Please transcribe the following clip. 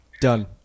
Done